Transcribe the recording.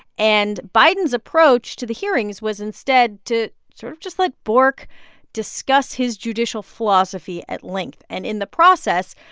and biden's approach to the hearings was instead to sort of just let like bork discuss his judicial philosophy at length. and in the process,